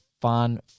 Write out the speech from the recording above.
fun